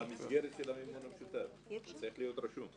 אז זה במסגרת המימון המשותף, זה צריך להיות רשום.